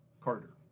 Carter